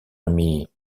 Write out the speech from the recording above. ami